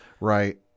Right